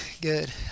good